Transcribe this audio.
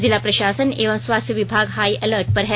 जिला प्रशासन एवं स्वास्थ्य विभाग हाई अलर्ट पर है